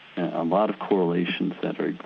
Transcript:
a lot of correlations that